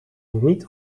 niet